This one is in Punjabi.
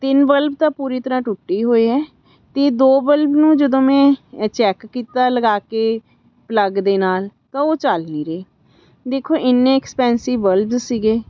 ਤਿੰਨ ਬੱਲਬ ਤਾਂ ਪੂਰੀ ਤਰ੍ਹਾਂ ਟੁੱਟੇ ਹੀ ਹੋਏ ਹੈ ਅਤੇ ਦੋ ਬੱਲਬ ਨੂੰ ਜਦੋਂ ਮੈਂ ਚੈੱਕ ਕੀਤਾ ਲਗਾ ਕੇ ਪਲੱਗ ਦੇ ਨਾਲ ਤਾਂ ਉਹ ਚੱਲ ਨਹੀਂ ਰਹੇ ਦੇਖੋ ਇੰਨੇ ਐਕਸਪੈਂਸਿਵ ਬੱਲਬ ਸੀਗੇ